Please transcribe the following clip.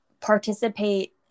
participate